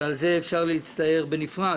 שעל זה אפשר להצטער בנפרד.